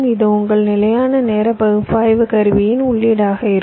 இது உங்கள் நிலையான நேர பகுப்பாய்வு கருவியின் உள்ளீடாக இருக்கும்